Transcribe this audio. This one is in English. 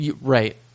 Right